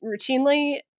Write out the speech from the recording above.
routinely